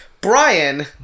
Brian